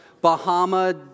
Bahama